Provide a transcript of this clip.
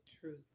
Truth